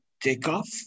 takeoff